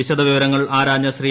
വിശദവിവരങ്ങൾ ആരാഞ്ഞ ശ്രീ